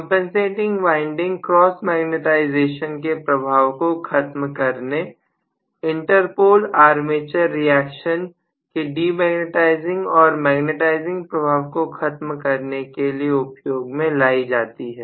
compensating winding cross magnetisation के प्रभाव को खत्म करने इंटरपोल आर्मेचर रिएक्शन के डिमैग्नेटाइजिंग और मैग्नेटाइजिंग प्रभाव को खत्म करने के लिए उपयोग में लाई जाती है